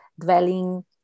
dwelling